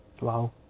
Wow